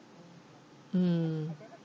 mm